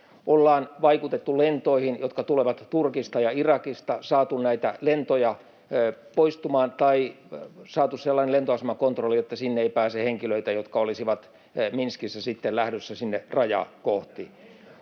Ollaan vaikutettu lentoihin, jotka tulevat Turkista ja Irakista, saatu näitä lentoja poistumaan tai saatu sellainen lentoasemakontrolli, että sinne ei pääse henkilöitä, jotka olisivat Minskissä sitten lähdössä rajaa kohti.